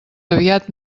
aviat